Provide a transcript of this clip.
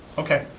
okay,